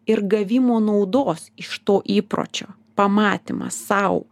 ir gavimo naudos iš to įpročio pamatymas sau